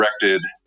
directed